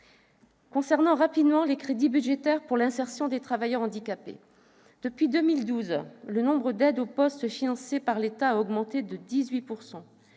Concernant les crédits budgétaires pour l'insertion des travailleurs handicapés, depuis 2012, le nombre d'aides au poste financées par l'État a augmenté de 18 %.